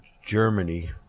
Germany